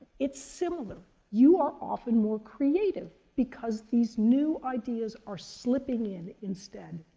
it's similar you are often more creative, because these new ideas are slipping in instead.